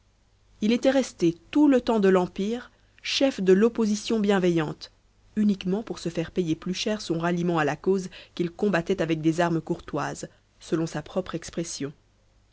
il était resté tout le temps de l'empire chef de l'opposition bienveillante uniquement pour se faire payer plus cher son ralliement à la cause qu'il combattait avec des armes courtoises selon sa propre expression